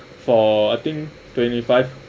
for I think twenty five